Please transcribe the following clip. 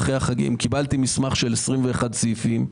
קיבלתי מסמך של 21 סעיפים,